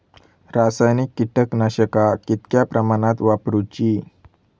रासायनिक कीटकनाशका कितक्या प्रमाणात वापरूची?